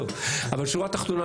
אבל שורה תחתונה,